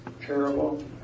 terrible